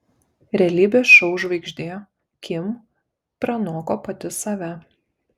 realybės šou žvaigždė kim pranoko pati save